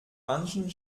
manchen